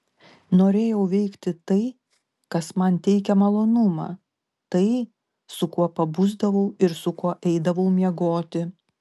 norėjau veikti tai kas man teikia malonumą tai su kuo pabusdavau ir su kuo eidavau miegoti